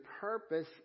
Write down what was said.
purpose